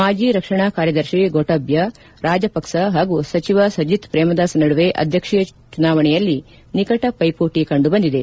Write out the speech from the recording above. ಮಾಜಿ ರಕ್ಷಣಾ ಕಾರ್ಯದರ್ಶಿ ಗೊಟಬ್ಲಾ ರಾಜಪಕ್ಷ ಹಾಗೂ ಸಚಿವ ಸಜಿತ್ ಪ್ರೇಮದಾಸ ನಡುವೆ ಅಧ್ಯಕ್ಷೀಯ ಚುನಾವಣೆಯಲ್ಲಿ ನಿಕಟ ಪೈಮೋಟಿ ಕಂಡುಬಂದಿದೆ